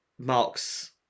marks